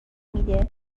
میده